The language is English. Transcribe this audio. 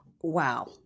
Wow